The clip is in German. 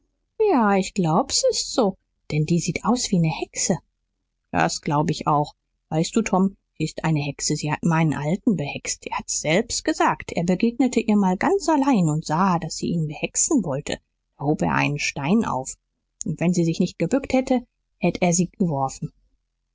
ja ich glaub s ist so denn die sieht aus wie ne hexe das glaub ich weißt du tom sie ist eine hexe sie hat meinen alten behext er hat's selbst gesagt er begegnete ihr mal ganz allein und sah daß sie ihn behexen wollte da hob er einen stein auf und wenn sie sich nicht gebückt hätte hätt er sie geworfen